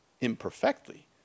imperfectly